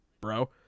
bro